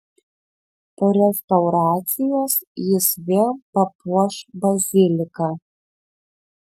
po restauracijos jis vėl papuoš baziliką